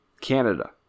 Canada